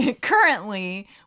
currently